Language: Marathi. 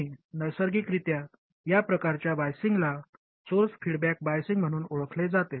आणि नैसर्गिकरित्या या प्रकारच्या बायझींगला स्त्रोत फीडबॅक बायझींग म्हणून ओळखले जाते